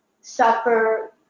suffer